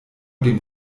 dem